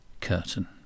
Curtain